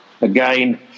again